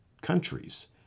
countries